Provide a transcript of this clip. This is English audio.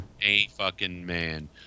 A-fucking-Man